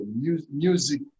music